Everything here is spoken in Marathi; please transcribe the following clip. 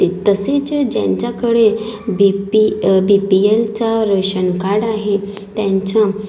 ते तसेच ज्यांच्याकडे बी पी बीपीएलचा रेशनकार्ड आहे त्यांचा